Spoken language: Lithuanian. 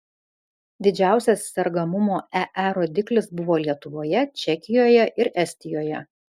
didžiausias sergamumo ee rodiklis buvo lietuvoje čekijoje ir estijoje